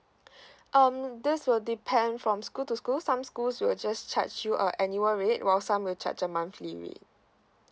um this will depend from school to school some schools will just charge you a annual rate while some will charge a monthly rate